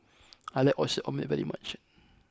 I like Oyster Omelette very much